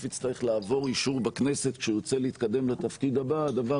יצטרך לעבור אישור בכנסת כשהוא רוצה להתקדם לתפקיד הבא הדבר